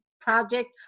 project